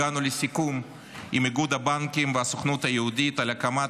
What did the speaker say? הגענו לסיכום עם איגוד הבנקים והסוכנות היהודית על הקמת